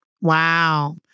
Wow